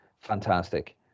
Fantastic